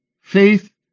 faith